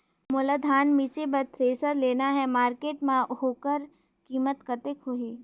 मोला धान मिसे बर थ्रेसर लेना हे मार्केट मां होकर कीमत कतेक होही?